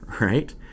right